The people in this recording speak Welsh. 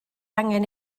angen